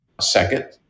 Second